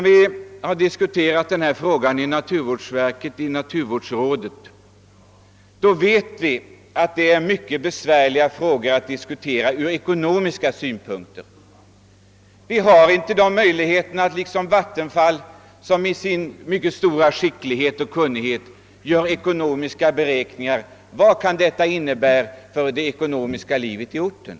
Vi har diskuterat dessa frågor i naturvårdsverket och <:naturvårdsrådet, och vi vet att de är mycket besvärliga att bedöma från ekonomiska synpunkter. Vi har inte samma möjlighet som Vattenfall att med skicklighet och kunnighet beräkna vad en utbyggnad betyder för det ekonomiska livet i orten.